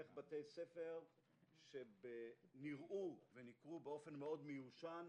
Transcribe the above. איך בתי ספר שנראו באופן מאד מיושן,